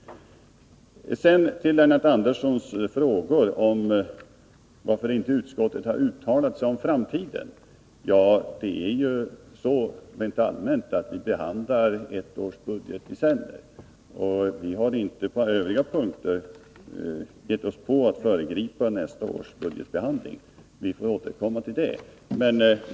Lennart Andersson frågade varför inte utskottet har uttalat sig om framtiden. Ja, rent allmänt behandlar vi ett års budget i sänder. Vi har inte på Övriga punkter gett oss på att föregripa nästa års budgetbehandling. Vi får återkomma till den.